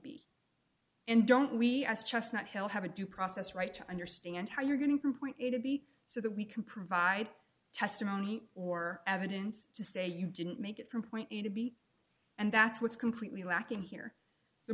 b and don't we as chestnut hill have a due process right to understand how you're getting from point a to b so that we can provide testimony or evidence to say you didn't make it from point a to b and that's what's completely lacking here the